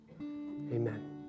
Amen